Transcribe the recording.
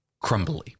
crumbly